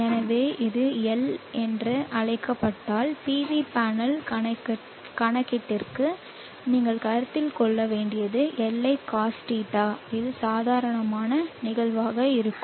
எனவே இது Li என்று அழைக்கப்பட்டால் PV பேனல் கணக்கீட்டிற்கு நீங்கள் கருத்தில் கொள்ள வேண்டியது Li cos θ இது சாதாரண நிகழ்வாக இருக்கும்